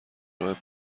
راه